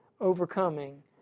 overcoming